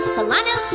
Solano